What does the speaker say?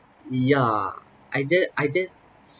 yeah I ju~ I just